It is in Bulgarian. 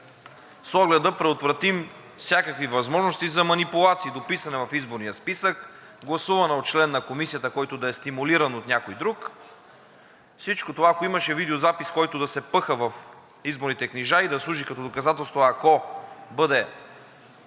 с оглед да предотвратим всякакви възможности за манипулации – дописване в изборния списък, гласуване от член на комисията, който да е стимулиран от някой друг. Всичко това, ако имаше видеозапис, който да се пъха в изборните книжа и да служи като доказателство, ако бъде